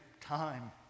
time